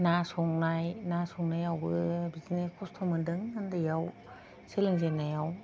ना संनाय ना संनायावबो बिदिनो खस्थ' मोनदों उन्दैयाव सोलोंजेन्नायाव